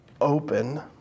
open